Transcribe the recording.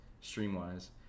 stream-wise